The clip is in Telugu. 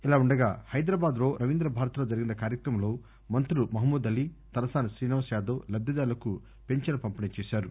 ఇలా ఉండగా హైదరాబాద్ లో రవీంద్రభారతిలో జరిగిన కార్యక్రమంలో మంత్రులు మహమూద్ అలీ తలసాని శ్రీనివాస్ యాదవ్ లబ్గిదారులకు పింఛన్లు పంపిణి చేశారు